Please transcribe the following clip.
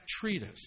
treatise